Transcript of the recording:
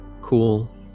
cool